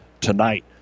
tonight